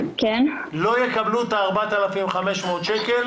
לא יקבלו את ה-4,500 שקל